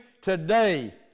today